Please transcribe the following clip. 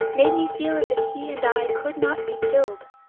made me feel as if he and i could not be killed.